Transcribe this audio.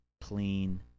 clean